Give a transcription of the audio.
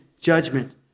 judgment